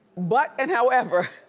but and however,